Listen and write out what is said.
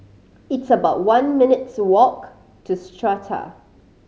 it's about one minutes' walk to Strata